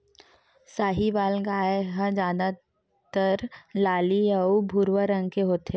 साहीवाल गाय ह जादातर लाली अउ भूरवा रंग के होथे